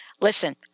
Listen